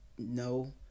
No